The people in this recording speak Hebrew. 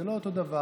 זה לא אותו דבר,